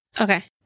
Okay